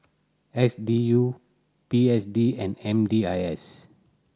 S D U P S D and M D I S